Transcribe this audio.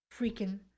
freaking